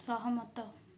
ସହମତ